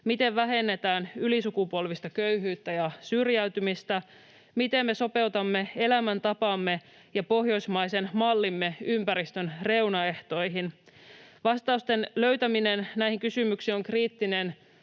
miten vähennetään ylisukupolvista köyhyyttä ja syrjäytymistä, miten me sopeutamme elämäntapamme ja pohjoismaisen mallimme ympäristön reunaehtoihin? Vastausten löytäminen näihin kysymyksiin on kriittinen